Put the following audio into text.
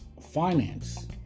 finance